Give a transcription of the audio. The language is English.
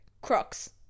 Crocs